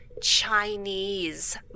Chinese